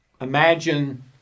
imagine